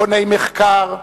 מכוני מחקר,